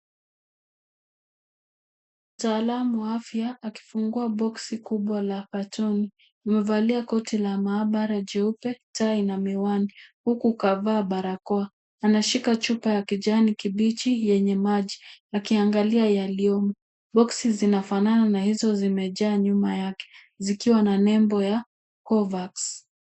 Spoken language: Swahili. Mtaalamu wa afya akifungua boxi kubwa la carton amevalia koti la maabara jeupe, tai na miwani huku kavaa barakoa. Anashika chupa ya kijani kibichi yenye maji akiangalia yaliyomo. Boxi zinafanana na hizo zimejaa nyuma yake zikiwa na nembo ya COVAX